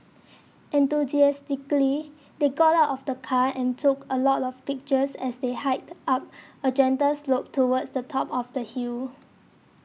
enthusiastically they got out of the car and took a lot of pictures as they hiked up a gentle slope towards the top of the hill